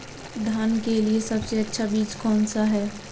धान के लिए सबसे अच्छा बीज कौन सा है?